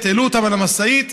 העלו אותם על המשאית,